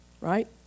right